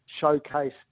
showcase